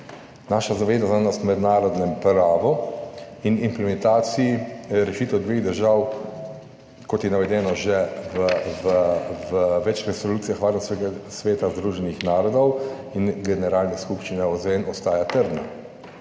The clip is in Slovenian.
Naša zavezanost v mednarodnem pravu in implementaciji rešitev dveh držav, kot je navedeno že v več resolucijah Varnostnega sveta združenih narodov in Generalne skupščine OZN, ostaja trdna.